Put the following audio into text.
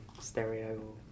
stereo